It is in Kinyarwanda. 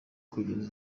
kugeza